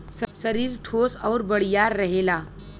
सरीर ठोस आउर बड़ियार रहेला